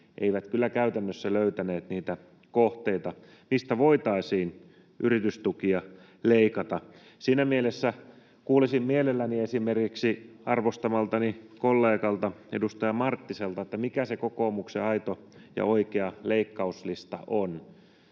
eivät kyllä käytännössä löytäneet niitä kohteita, mistä voitaisiin yritystukia leikata. Siinä mielessä kuulisin mielelläni esimerkiksi arvostamaltani kollegalta, edustaja Marttiselta, mikä se kokoomuksen aito ja oikea leikkauslista on.